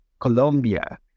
Colombia